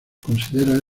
considera